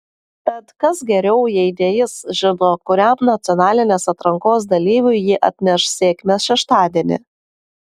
tad kas geriau jei ne jis žino kuriam nacionalinės atrankos dalyviui ji atneš sėkmę šeštadienį